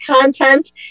content